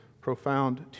profound